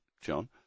John